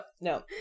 no